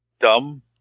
Dumb